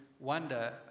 wonder